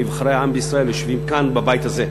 נבחרי העם בישראל יושבים כאן בבית הזה,